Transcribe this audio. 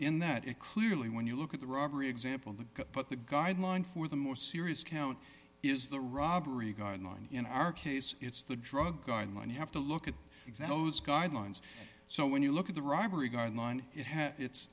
in that it clearly when you look at the robbery example the but the guideline for the more serious count is the robbery guideline in our case it's the drug guideline you have to look at examples guidelines so when you look at the robbery guideline it has it